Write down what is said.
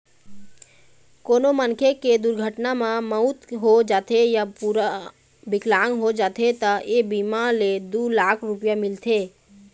कोनो मनखे के दुरघटना म मउत हो जाथे य पूरा बिकलांग हो जाथे त ए बीमा ले दू लाख रूपिया मिलथे